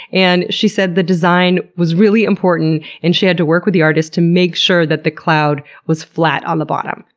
and she said the design was really important and she had to work with the artist to make sure that the cloud was flat on the bottom.